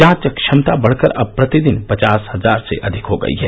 जांच क्षमता वढ़कर अब प्रतिदिन पचास हजार से अधिक हो गई है